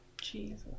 Jesus